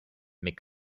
mais